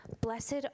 Blessed